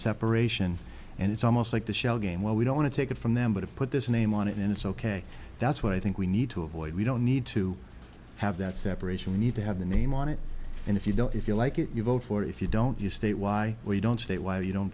separation and it's almost like the shell game where we don't want to take it from them but have put this name on it and it's ok that's what i think we need to avoid we don't need to have that separation we need to have the name on it and if you don't if you like it you vote for if you don't you state why we don't state why you don't